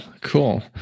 Cool